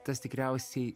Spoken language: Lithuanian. tas tikriausiai